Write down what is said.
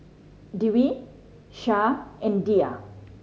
Dwi Syah and Dhia